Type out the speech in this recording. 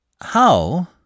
How